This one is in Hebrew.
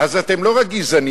אז אתם לא רק גזענים.